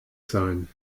sein